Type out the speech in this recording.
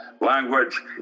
Language